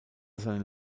seine